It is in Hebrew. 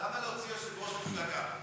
למה להוציא יושב-ראש מפלגה?